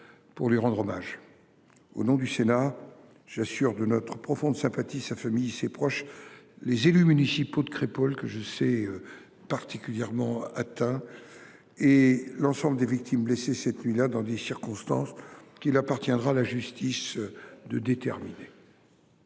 pour lui rendre hommage. Au nom du Sénat, j’assure de notre profonde sympathie sa famille, ses proches, les élus municipaux de Crépol, que je sais particulièrement atteints, et l’ensemble des victimes blessées cette nuit là dans des circonstances qu’il appartiendra à la justice de déterminer.